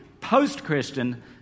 Post-Christian